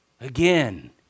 Again